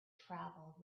travelled